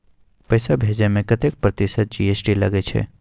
पैसा भेजै में कतेक प्रतिसत जी.एस.टी लगे छै?